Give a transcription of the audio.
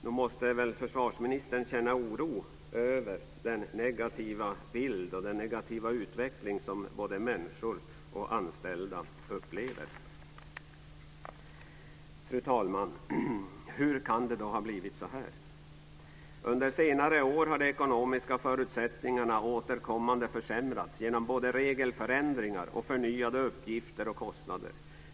Nog måste väl försvarsministern känna oro över den negativa bild och utveckling som både människor utanför försvaret och anställda upplever? Fru talman! Hur kan det då ha blivit så här? Under senare år har de ekonomiska förutsättningarna återkommande försämrats genom både regelförändringar och förnyade uppgifter och kostnader.